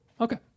Okay